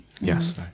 Yes